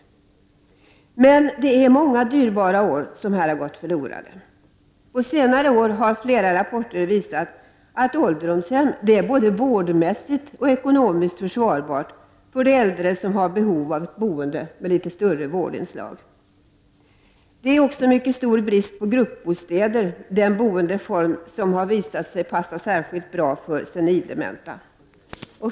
men det är många dyrbara år som har gått förlorade. På senare år har flera rapporter visat att ålderdomshem är både vårdmässigt och ekonomiskt försvarbara för de äldre som har behov av ett boende med större vårdinslag. Det är också en mycket stor brist på gruppbostäder — en boendeform som har visat sig passa särskilt bra för senildementa.